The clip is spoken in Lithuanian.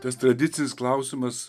tas tradicinis klausimas